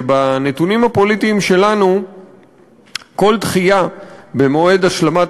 שבנתונים הפוליטיים שלנו כל דחייה במועד השלמת